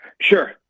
Sure